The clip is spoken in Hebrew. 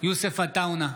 יוסף עטאונה,